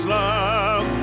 love